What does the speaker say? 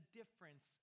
difference